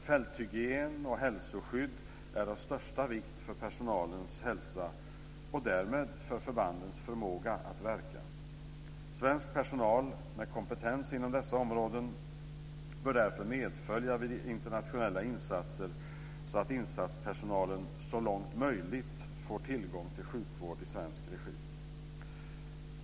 Fälthygien och hälsoskydd är av största vikt för personalens hälsa och därmed för förbandens förmåga att verka. Svensk personal med kompetens inom dessa områden bör därför medfölja vid internationella insatser så att insatspersonalen så långt möjligt får tillgång till sjukvård i svensk regi.